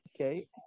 okay